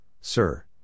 sir